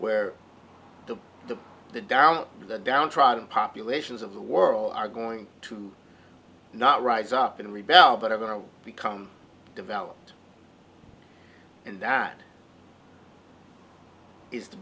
where the the the down the downtrodden populations of the world are going to not rise up and rebel but are going to become developed and that is the